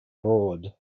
broad